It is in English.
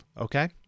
Okay